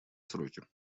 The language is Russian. сроки